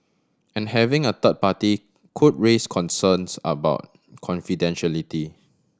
and having a third party could raise concerns about confidentiality